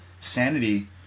sanity